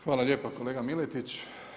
Hvala lijepa kolega Miletić.